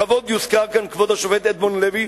לכבוד יוזכר כאן כבוד השופט אדמונד לוי,